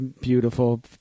beautiful